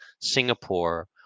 Singapore